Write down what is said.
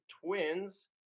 Twins